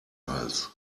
hals